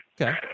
Okay